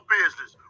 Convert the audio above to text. business